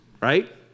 Right